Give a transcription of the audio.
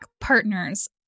partners